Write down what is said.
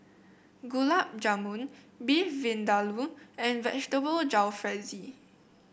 Gulab Jamun Beef Vindaloo and Vegetable Jalfrezi